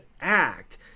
act